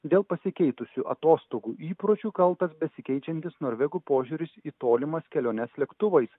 dėl pasikeitusių atostogų įpročių kaltas besikeičiantis norvegų požiūris į tolimas keliones lėktuvais